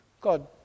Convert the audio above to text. God